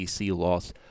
loss